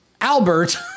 Albert